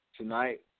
Tonight